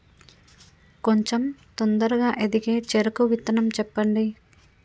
కొంచం తొందరగా ఎదిగే చెరుకు విత్తనం చెప్పండి?